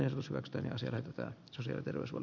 elikkä näin se käytännössä toimii